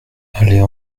aller